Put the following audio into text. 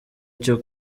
cyo